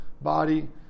body